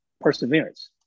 perseverance